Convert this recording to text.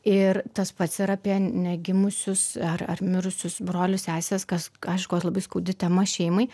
ir tas pats ir apie negimusius ar ar mirusius brolius seses kas aišku kad labai skaudi tema šeimai